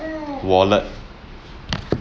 wallet